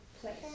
place